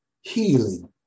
healing